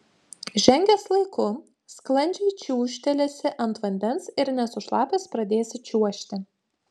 žengęs laiku sklandžiai čiūžtelėsi ant vandens ir nesušlapęs pradėsi čiuožti